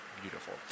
beautiful